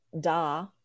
da